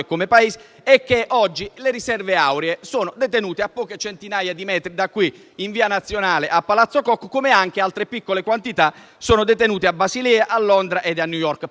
e che oggi le riserve auree sono detenute a poche centinaia di metri da qui, in via Nazionale a Palazzo Koch. Altre piccole quantità sono detenute a Basilea, Londra e a New York.